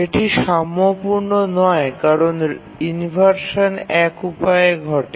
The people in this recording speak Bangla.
এটি সাম্যপূর্ণ নয় কারণ ইনভারশান এক উপায়ে ঘটে